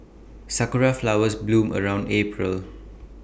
Sakura Flowers bloom around April